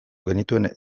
genituen